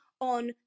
On